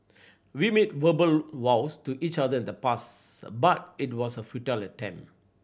we made verbal vows to each other in the past but it was a futile attempt